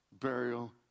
burial